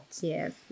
Yes